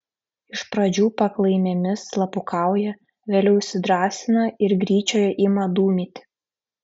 iš pradžių paklaimėmis slapukauja vėliau įsidrąsina ir gryčioje ima dūmyti